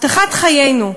הבטחת חיינו.